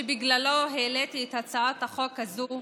שבגללו העליתי את הצעת החוק הזו,